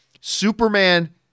Superman